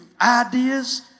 ideas